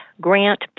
grant